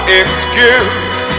excuse